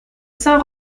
saint